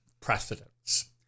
precedence